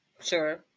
Sure